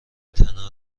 تنها